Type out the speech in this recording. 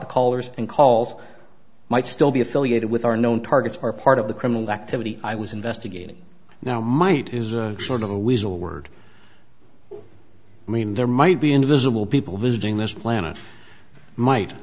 the callers and calls might still be affiliated with our known targets or part of the criminal activity i was investigating now might is a sort of a weasel word i mean there might be invisible people visiting this planet might